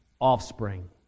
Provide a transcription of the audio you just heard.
offspring